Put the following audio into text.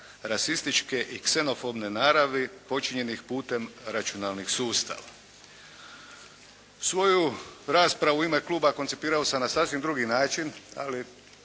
rasističke i ksenofobne naravi počinjenih putem računalnih sustava. Svoju raspravu u ime kluba koncipirao sam na sasvim drugi način, ali